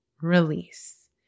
release